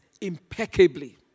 impeccably